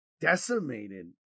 decimated